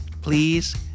please